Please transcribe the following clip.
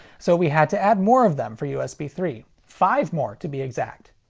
so we had to add more of them for usb three. five more, to be exact.